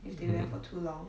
(uh huh)